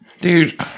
dude